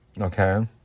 okay